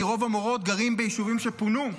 כי רוב המורות גרות ביישובים שפונו,